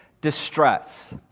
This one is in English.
distress